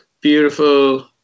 beautiful